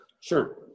Sure